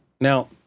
Now